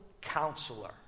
Counselor